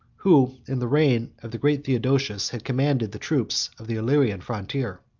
who, in the reign of the great theodosius, had commanded the troops of the illyrian frontier.